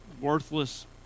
worthless